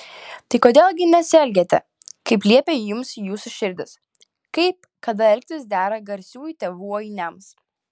tai kodėl gi nesielgiate kaip liepia jums jūsų širdys kaip kad elgtis dera garsiųjų tėvų ainiams